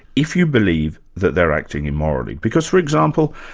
if you believe that they're acting immorally? because for example,